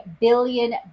billion